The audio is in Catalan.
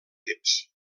temps